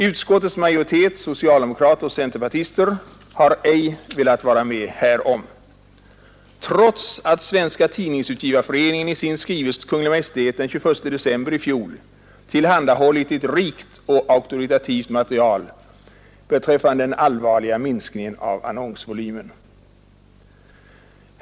Utskottets majoritet, socialdemokrater och centerpartister, har ej velat vara med härom, trots att Svenska tidningsutgivareföreningen i sin skrivelse till Kungl. Maj:t den 21 december i fjol tillhandahållit ett rikt och auktoritativt material beträffande den allvarliga minskningen av annonsvoly men.